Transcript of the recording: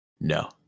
No